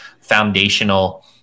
foundational